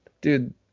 Dude